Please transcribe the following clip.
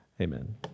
amen